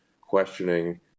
questioning